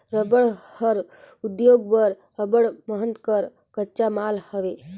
रबड़ हर उद्योग बर अब्बड़ महत कर कच्चा माल हवे